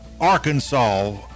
Arkansas